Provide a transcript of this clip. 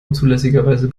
unzulässigerweise